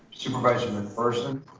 supervisor mcpherson,